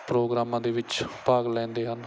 ਪ੍ਰੋਗਰਾਮਾਂ ਦੇ ਵਿੱਚ ਭਾਗ ਲੈਂਦੇ ਹਨ